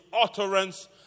utterance